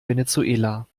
venezuela